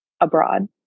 abroad